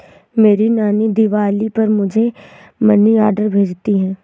मेरी नानी दिवाली पर मुझे मनी ऑर्डर भेजती है